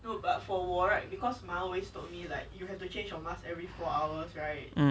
um